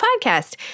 podcast